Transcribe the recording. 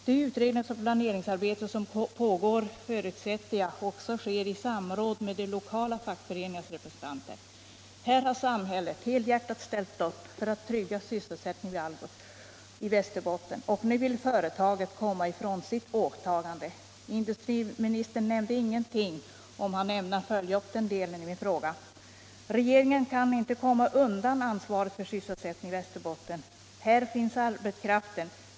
Det utredningsoch planeringsarbete som pågår förutsätter jag också sker i samråd med de lokala fackföreningarnas representanter. Här har samhället helhjärtat ställt upp för att trygga sysselsättningen vid Algots i Västerbotten, och nu vill företaget komma ifrån sitt åtagande. Industriministern nämnde ingenting om huruvida han ämnar följa upp den delen. Regeringen kan inte komma undan ansvaret för sysselsättningen i Västerbotten. Här finns arbetskraften!